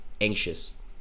anxious